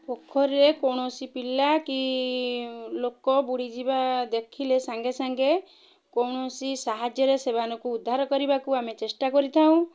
ପୋଖରୀରେ କୌଣସି ପିଲା କି ଲୋକ ବୁଡ଼ିଯିବା ଦେଖିଲେ ସାଙ୍ଗେ ସାଙ୍ଗେ କୌଣସି ସାହାଯ୍ୟରେ ସେମାନଙ୍କୁ ଉଦ୍ଧାର କରିବାକୁ ଆମେ ଚେଷ୍ଟା କରିଥାଉ